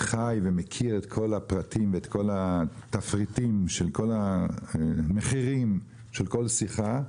חי ומכיר את כל הפרטים ואת כל התפריטים של כל המחירים של שיחה,